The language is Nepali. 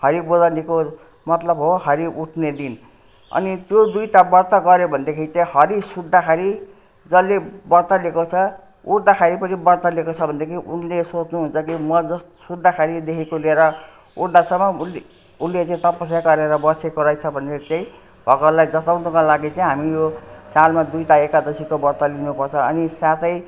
हरिबोधिनीको मतलब हो हरि उठ्ने दिन अनि त्यो दुइटा व्रत गर्यो भनेदेखि चाहिँ हरि सुत्दाखेरि जसले व्रत लिएको छ उठ्दाखेरि पनि व्रत लिएको छ भनेदेखि उनले सोच्नुहुन्छ कि म सुत्दाखेरिदेखिको लिएर उठ्दासम्म उसले उसले चाहिँ तपस्या गरेर बसेको रहेछ भनेर चाहिँ भगवानलाई जताउनको लागि चाहिँ हामी यो सालमा दुइटा एकादशीको व्रत लिनुपर्छ अनि साथै